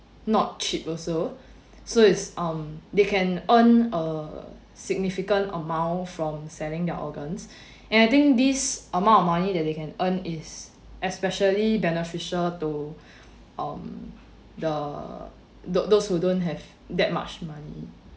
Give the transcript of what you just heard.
not cheap also so it's um they can earn a significant amount from selling their organs and I think this amount of money that they can earn is especially beneficial to um the those those who don't have that much money